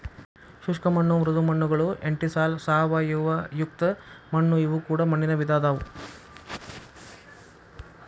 ಶುಷ್ಕ ಮಣ್ಣು ಮೃದು ಮಣ್ಣುಗಳು ಎಂಟಿಸಾಲ್ ಸಾವಯವಯುಕ್ತ ಮಣ್ಣು ಇವು ಕೂಡ ಮಣ್ಣಿನ ವಿಧ ಅದಾವು